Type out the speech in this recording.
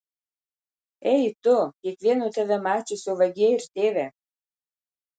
ei tu kiekvieno tave mačiusio vagie ir tėve